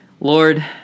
Lord